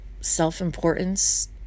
self-importance